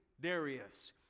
Darius